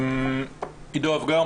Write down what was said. עידו אבגר,